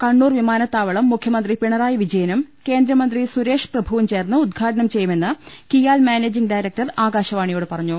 കണ്ണൂർ വിമാനത്താവളം മുഖ്യമന്ത്രി പിണറായി വിജയനും കേന്ദ്രമന്ത്രി സുരേഷ് പ്രഭുവും ചേർന്ന് ഉദ്ഘാടനം ചെയ്യു മെന്ന് കിയാൽ മാനേജിംഗ് ഡയറക്ടർ ആകാശവാണിയോട് പറഞ്ഞു